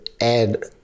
add